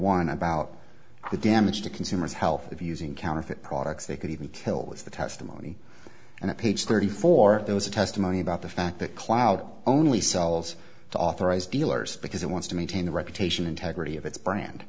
one about the damage to consumers health of using counterfeit products they could even tell with the testimony and the page thirty four those are testimony about the fact that cloud only sells the authorized dealers because it wants to maintain the reputation integrity of its bran